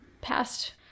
past